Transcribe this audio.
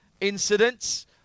incidents